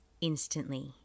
instantly